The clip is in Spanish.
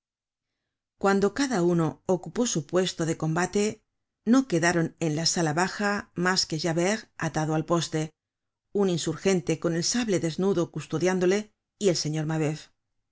cuando cada uno ocupó su puesto de combate no quedaron en la sala baja mas que javert atado al poste un insurgente con el sable desnudo custodiándole y el señor mabeuf en